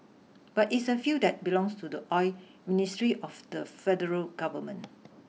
but it's a field that belongs to the oil ministry of the federal government